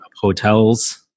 hotels